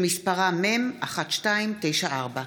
מ/1294.